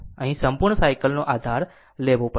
અહીં સંપૂર્ણ સાયકલ નો આધાર લેવો પડશે